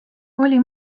oli